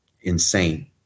insane